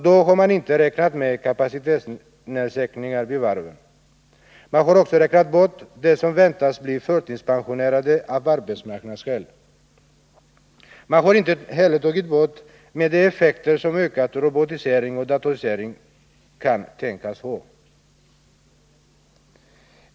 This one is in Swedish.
Då har man inte räknat med kapacitetssänkningar vid varven. Man har också räknat bort dem som väntas bli förtidspensionerade av arbetsmarknadsskäl. Man har inte heller tagit hänsyn till de effekter som ökad robotisering och datorisering kan tänkas få.